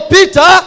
Peter